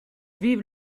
vivent